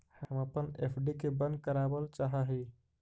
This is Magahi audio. हम अपन एफ.डी के बंद करावल चाह ही